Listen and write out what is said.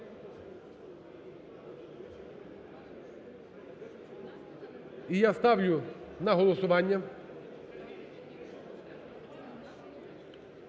я ставлю на голосування